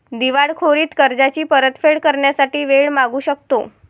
दिवाळखोरीत कर्जाची परतफेड करण्यासाठी वेळ मागू शकतो